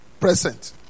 Present